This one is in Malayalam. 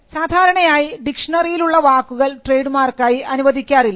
സാധാരണയായി ഡിക്ഷ്ണറിയിൽ ഉള്ള വാക്കുകൾ ട്രേഡ് മാർക്കായി അനുവദിക്കാറില്ല